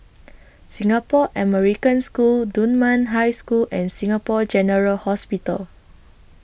Singapore American School Dunman High School and Singapore General Hospital